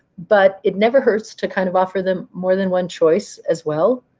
but it never hurts to kind of offer them more than one choice as well.